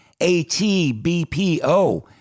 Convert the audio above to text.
ATBPO